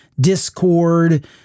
Discord